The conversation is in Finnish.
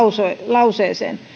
lauseeseen